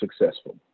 successful